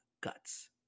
guts